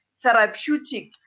therapeutic